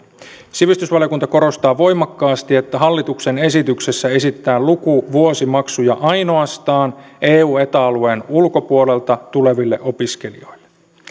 sivistysvaliokunta korostaa voimakkaasti että hallituksen esityksessä esitetään lukuvuosimaksuja ainoastaan eu ja eta alueen ulkopuolelta tuleville opiskelijoille